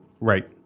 Right